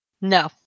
No